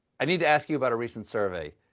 i need to ask you about a recent survey.